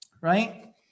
right